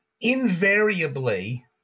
invariably